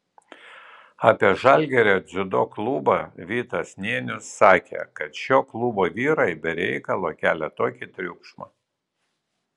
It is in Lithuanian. apie žalgirio dziudo klubą vytas nėnius sakė kad šio klubo vyrai be reikalo kelia tokį triukšmą